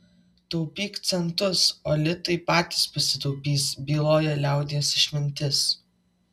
taupyk centus o litai patys pasitaupys byloja liaudies išmintis